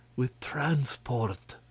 with transport.